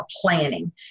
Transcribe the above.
planning